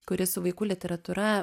kuri su vaikų literatūra